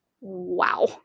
wow